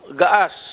gas